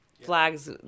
flags